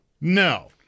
No